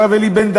הרב אלי בן-דהן,